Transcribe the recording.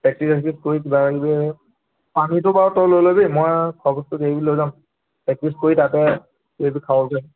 practice ছেকটিছ কৰি কিবা কিবি পানীটো বাৰু তই লৈ ল'বি মই খোৱাবস্তু কিবা কিবি লৈ যাম প্ৰেক্টিছ কৰি তাতে কিবা কিবি খাব